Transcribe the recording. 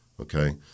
okay